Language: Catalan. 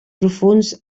profunds